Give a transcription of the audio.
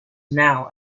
now